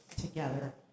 together